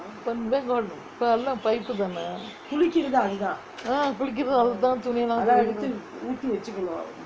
now where got இப்பே எல்லாம்:ippae ellam pipe தான்:thaan ah குளிக்கிறதும் அது தான் துணி லாம் துவைக்கறதும் அது தான்:kulikkirathum athu thaan thuni ellam thuvaikkirathum athu thaan